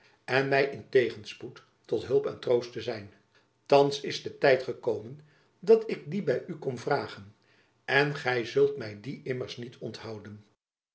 en my in tegenspoed tot hulp en troost te zijn thands is de tijd gekomen dat ik die by u kom vragen en gy zult my die immers niet onthouden